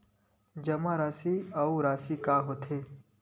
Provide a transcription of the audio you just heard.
जमा राशि अउ राशि का होथे?